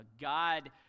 God